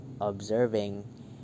observing